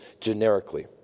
generically